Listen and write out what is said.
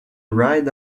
ride